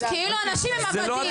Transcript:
כאילו אנשים הם עבדים.